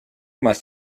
must